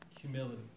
Humility